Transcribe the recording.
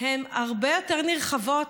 הן הרבה יותר נרחבות.